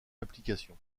application